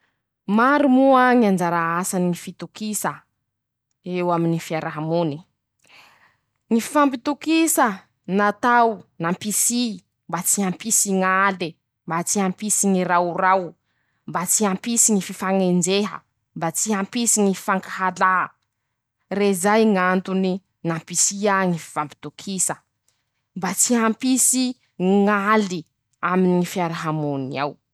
Maro moa ñy anjara asany fitokisa, eo aminy fiarahamony: - ñy fifampitokisa natao, nampisyy mba tsy hampisy ñ'ale, mba tsy hampisy ñy raorao, mba tsy hampisy ñy fifañenjeha, mba tsy ñy fankahalà, rezay Ñ'antony nampisia ñy fifampitokisa, mba tsy hampisy ñ'aly aminy fiarahamonina.